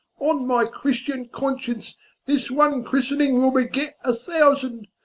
on my christian conscience this one christening will beget a thousand,